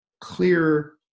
clear